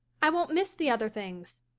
i won't miss the other things.